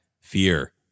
fear